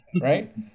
right